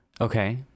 Okay